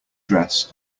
dress